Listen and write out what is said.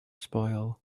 spoil